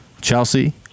Chelsea